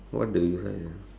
what do you like ah